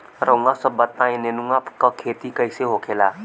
रउआ सभ बताई नेनुआ क खेती कईसे होखेला?